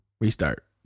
Restart